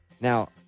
Now